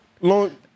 Long